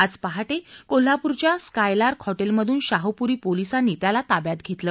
आज पहाटे कोल्हापूरच्या स्कायलार्क हॉटेलमधून शाहूपुरी पोलिसांनी त्याला ताब्यात घेतलं